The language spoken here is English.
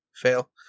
Fail